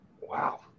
Wow